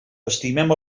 estimem